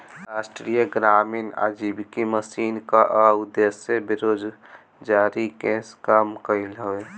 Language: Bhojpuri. राष्ट्रीय ग्रामीण आजीविका मिशन कअ उद्देश्य बेरोजारी के कम कईल हवे